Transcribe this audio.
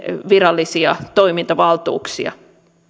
virallisia toimintavaltuuksia